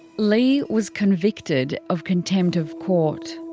leigh was convicted of contempt of court.